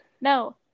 no